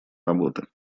работы